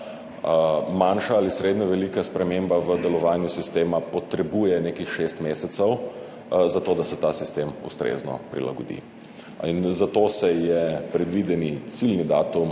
manjša ali srednje velika sprememba v delovanju sistema potrebuje nekih šest mesecev za to, da se ta sistem ustrezno prilagodi. In zato se je predvideni ciljni datum,